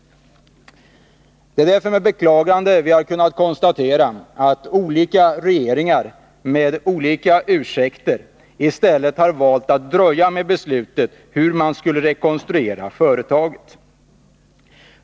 Det är därför med beklagande vi har kunnat konstatera att olika regeringar med olika ursäkter i stället har valt att dröja med beslutet om hur man skall rekonstruera företaget.